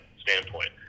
standpoint